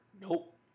Nope